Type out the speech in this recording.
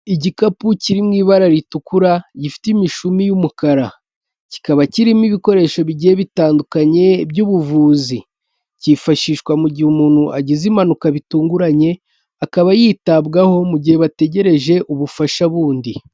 Igikapu kiri mu ibara ritukura gifite imishumi y'umukara, kikaba kirimo ibikoresho bigiye bitandukanye by'ubuvuzi, cyifashishwa mu gihe umuntu agize impanuka bitunguranye akaba yitabwaho mu gihe bategereje ubufasha bundi.